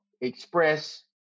express